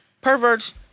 perverts